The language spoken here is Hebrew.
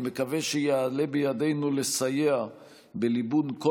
אני מקווה שיעלה בידנו לסייע בליבון כל